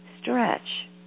Stretch